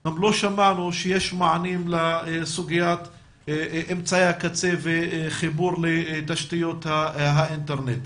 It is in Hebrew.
גם לא שמענו שיש מענים לסוגיית אמצעי הקצה והחיבור לתשתיות האינטרנט.